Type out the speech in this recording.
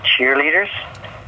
cheerleaders